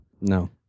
no